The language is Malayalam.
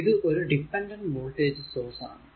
ഇത് ഒരു ഡിപെൻഡന്റ് വോൾടേജ് സോഴ്സ് ആണ്